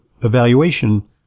evaluation